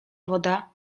woda